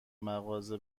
مغازه